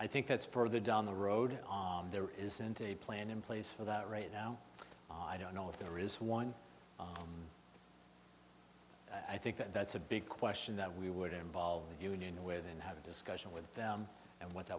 i think that's further down the road there isn't a plan in place for that right now i don't know if there is one i think that's a big question that we would involve the union with and have a discussion with them and what